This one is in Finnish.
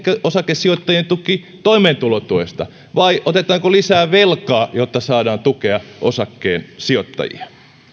osakesijoittajien tuki toimeentulotuesta vai otetaanko lisää velkaa jotta saadaan tukea osakesijoittajia